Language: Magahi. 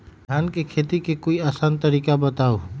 धान के खेती के कोई आसान तरिका बताउ?